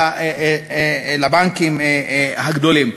לבנקים הגדולים.